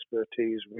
expertise